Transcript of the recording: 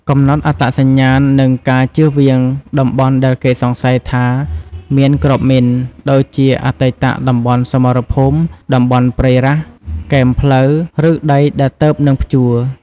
កំណត់អត្តសញ្ញាណ និងការចៀសវាងតំបន់ដែលគេសង្ស័យថាមានគ្រាប់មីន ដូចជាអតីតតំបន់សមរភូមិ តំបន់ព្រៃរ៉ាស់ គែមផ្លូវ ឬដីដែលទើបនឹងភ្ជួរ។